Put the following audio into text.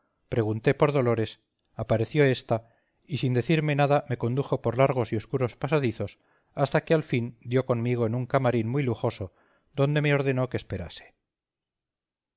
pregunté por dolores apareció ésta y sin decirme nada me condujo por largos y oscuros pasadizos hasta que al fin dio conmigo en un camarín muy lujoso donde me ordenó que esperase